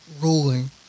ruling